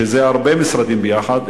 שזה הרבה משרדים ביחד,